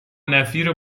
نفیر